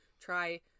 try